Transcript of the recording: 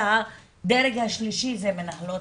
והדרג השלישי זה מנהלות